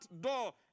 door